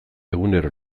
egunero